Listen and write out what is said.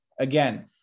again